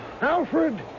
Alfred